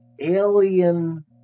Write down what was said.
alien